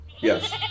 Yes